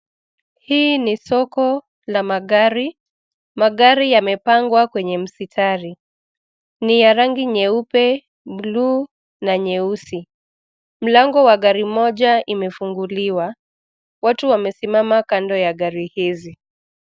Hii ni soko la magari, magari yamepangwa kwenye mistari. Ni ya rangi nyeupe, bluu, na nyeusi, mlango wa gari moja imefunguliwa, watu wamesimama kando ya gari hizi.